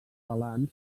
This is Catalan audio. balanç